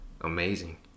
amazing